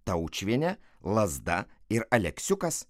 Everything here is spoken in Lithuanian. taučiuvienė lazda ir aleksiukas